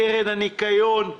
קרן הניקיון,